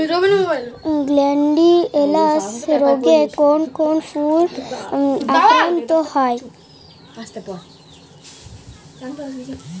Gladiolus রোগে কোন কোন ফুল আক্রান্ত হয়?